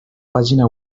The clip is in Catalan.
pàgina